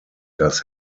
does